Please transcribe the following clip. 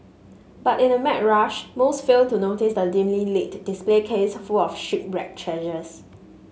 but in the mad rush most fail to notice the dimly lit display case full of shipwreck treasures